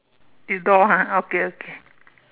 it's door ah okay okay